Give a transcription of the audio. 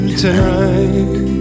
tonight